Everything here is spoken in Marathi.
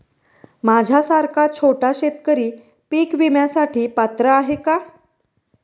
माझ्यासारखा छोटा शेतकरी पीक विम्यासाठी पात्र आहे का?